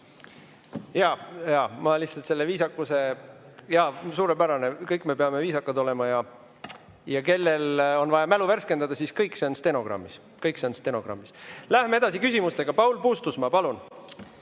Jaa, ma lihtsalt selle viisakuse [kohta ütlen], et suurepärane, kõik me peame viisakad olema. Ja kellel on vaja mälu värskendada, siis kõik see on stenogrammis. Kõik on stenogrammis! Läheme edasi küsimustega. Paul Puustusmaa, palun!